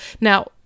Now